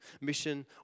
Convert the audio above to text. Mission